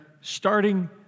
starting